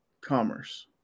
commerce